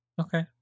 Okay